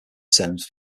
terms